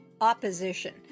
opposition